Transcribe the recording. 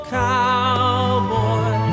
cowboy